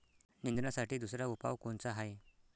निंदनासाठी दुसरा उपाव कोनचा हाये?